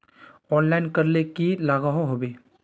Online करले की लागोहो होबे?